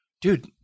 Dude